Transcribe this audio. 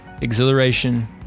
Exhilaration